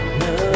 no